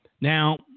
Now